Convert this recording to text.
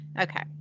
Okay